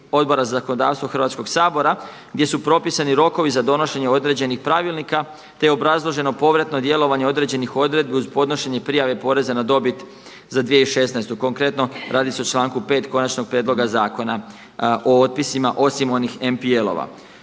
Odbora za zakonodavstvo Hrvatskog sabora gdje su propisani rokovi za donošenje određenih pravilnika, te obrazloženo povratno djelovanje određenih odredbi uz podnošenje prijave poreza na dobit za 2016., konkretno radi se o članku u5. konačnog prijedloga zakona o otpisima osim onih NPL-ova.